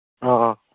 ꯑꯥ ꯑꯥ